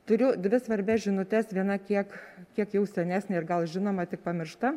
turiu dvi svarbias žinutes viena kiek kiek jau senesnė ir gal žinoma tik pamiršta